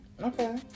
Okay